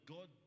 God